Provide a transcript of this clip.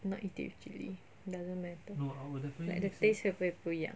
not eat it with chilli doesn't matter like the taste 会不会不一样